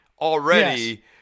already